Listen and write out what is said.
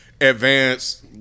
advance